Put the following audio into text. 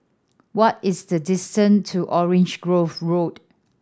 what is the distance to Orange Grove Road